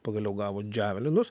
pagaliau gavo dževelinus